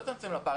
לא לצמצם את הפער,